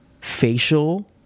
facial